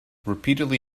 repeatedly